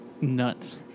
nuts